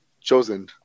chosen